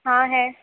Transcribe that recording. ہاں ہے